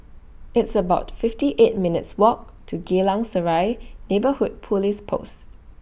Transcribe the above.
It's about fifty eight minutes' Walk to Geylang Serai Neighbourhood Police Post